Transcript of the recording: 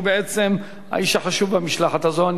שהוא בעצם האיש החשוב במשלחת הזאת.